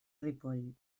ripoll